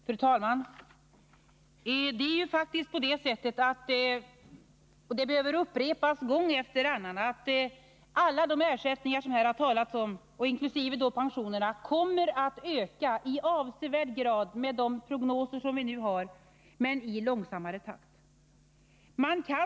Fru talman! Det är ju faktiskt på det sättet — och det behöver upprepas gång efter annan — att alla de ersättningar som det här har talats om, inkl. pensionerna, kommer att öka i avsevärd grad.